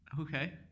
okay